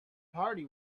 party